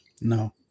No